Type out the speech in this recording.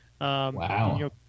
Wow